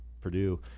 Purdue